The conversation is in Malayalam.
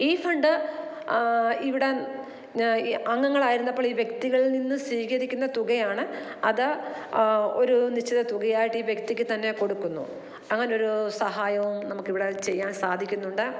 ഈ ഫണ്ട് ഇവിടെ അംഗങ്ങളായിരുന്നപ്പളീ വ്യക്തികളിൽ നിന്ന് സ്വീകരിക്കുന്ന തുകയാണ് അത് ഒരു നിശ്ചിത തുകയായിട്ടീ വ്യക്തിക്ക് തന്നെ കൊടുക്കുന്നു അങ്ങനൊരു സഹായവും നമുക്കിവിടെ ചെയ്യാൻ സാധിക്കുന്നുണ്ട്